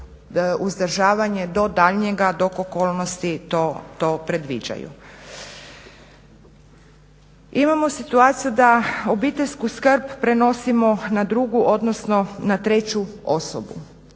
uzdržavanje do daljnjega dok okolnosti to predviđaju. Imamo situaciju da obiteljsku skrb prenosimo na drugu odnosno na treću osobu.